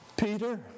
Peter